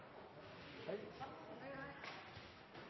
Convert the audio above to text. Det er ikke